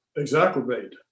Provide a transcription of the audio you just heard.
exacerbate